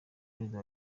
perezida